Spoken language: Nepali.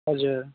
हजुर